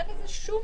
אין שום השוואה.